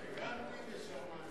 אינטליגנטי.